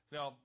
Now